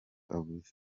avuze